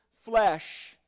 flesh